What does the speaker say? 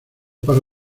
para